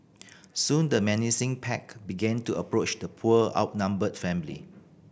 soon the menacing pack began to approach the poor outnumbered family